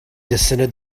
descended